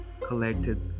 collected